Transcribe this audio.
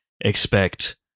expect